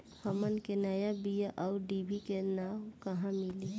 हमन के नया बीया आउरडिभी के नाव कहवा मीली?